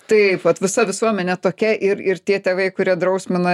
taip vat visa visuomenė tokia ir ir tie tėvai kurie drausmina